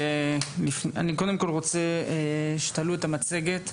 אני קודם כול רוצה שתעלו את המצגת,